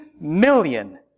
million